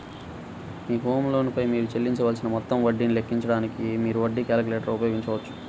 మీ home loan పై మీరు చెల్లించవలసిన మొత్తం వడ్డీని లెక్కించడానికి, మీరు వడ్డీ క్యాలిక్యులేటర్ ఉపయోగించవచ్చు